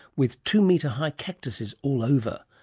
with two-metre high cactuses all over.